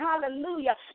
Hallelujah